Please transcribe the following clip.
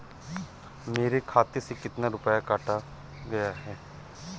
मेरे खाते से कितना रुपया काटा गया है?